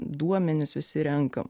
duomenis visi renkam